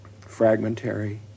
fragmentary